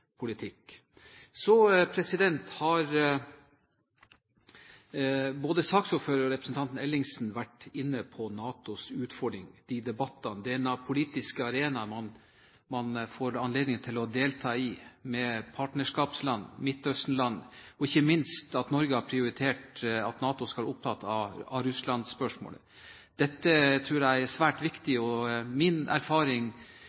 politikk. Så har både saksordføreren og representanten Ellingsen vært inne på NATOs utfordring, de debattene, denne politiske arena man får anledning til å delta i med partnerskapsland, Midtøsten-land, og ikke minst at Norge har prioritert at NATO skal være opptatt av Russland-spørsmålet. Dette tror jeg er svært